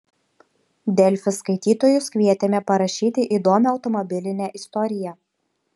delfi skaitytojus kvietėme parašyti įdomią automobilinę istoriją